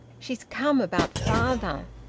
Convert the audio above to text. she's come about father.